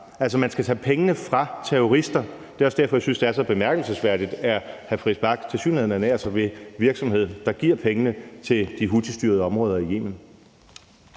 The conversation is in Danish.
dem. Man skal tage pengene fra terrorister. Det er også derfor, at jeg synes, at det er så bemærkelsesværdigt, at hr. Christian Friis Bach tilsyneladende ernærer sig ved virksomhed, der giver pengene til de houthistyrede områder i Yemen.